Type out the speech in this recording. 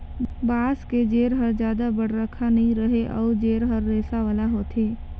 बांस के जेर हर जादा बड़रखा नइ रहें अउ जेर हर रेसा वाला होथे